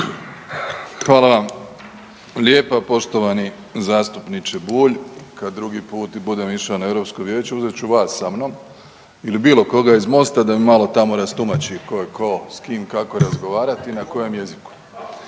Hvala vam lijepa poštovani zastupniče Bulj. Kada drugi puta budem išao na Europsko vijeće uzet ću vas sa mnom ili bilo koga iz MOST-a da mi malo tamo rastumači tko je tko, s kim kako razgovarati, na kojem jeziku.